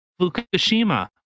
Fukushima